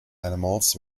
animals